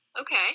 Okay